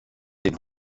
den